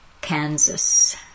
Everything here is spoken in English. Kansas